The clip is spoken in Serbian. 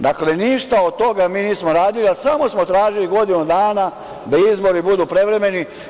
Dakle, ništa od toga mi nismo radili, a samo smo tražili godinu dana da izbori budu prevremeni.